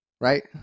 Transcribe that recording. Right